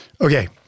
Okay